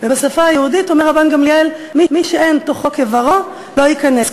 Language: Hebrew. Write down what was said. ובשפה היהודית אומר רבן גמליאל: מי שאין תוכו כברו לא ייכנס,